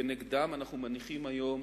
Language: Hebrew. כנגדם אנחנו מניחים היום